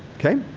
ok?